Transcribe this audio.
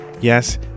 Yes